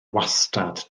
wastad